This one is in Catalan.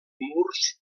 murs